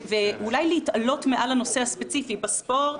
ואולי להתעלות מעל הנושא הספציפי בספורט